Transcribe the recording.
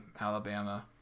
Alabama